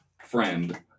friend